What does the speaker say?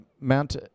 Mount